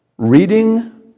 Reading